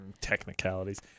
Technicalities